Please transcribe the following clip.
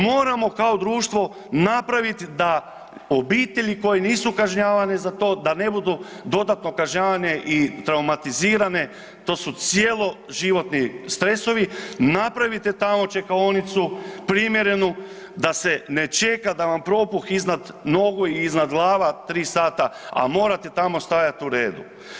Moramo kao društvo napraviti da obitelji koje nisu kažnjavani za to, da ne budu dodatno kažnjavane i traumatizirane, to su cjeloživotni stresovi, napravite tamo čekaonicu, primjerenu, da se ne čeka, da vam propuh iznad nogu i iznad glava 3 sata, a morate tamo stajati u redu.